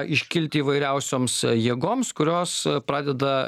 iškilti įvairiausioms jėgoms kurios pradeda